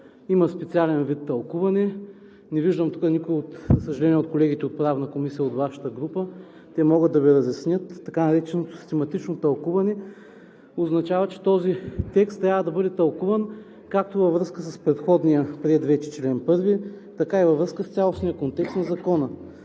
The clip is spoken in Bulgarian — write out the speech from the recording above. Имат специален вид тълкуване. Не виждам тук никой, за съжаление, от колегите от Правната комисия от Вашата група, те могат да Ви разяснят. Така нареченото систематично тълкуване означава, че този текст трябва да бъде тълкуван както във връзка с предходния, приет вече чл. 1, така и във връзка с цялостния контекст на Закона.